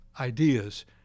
ideas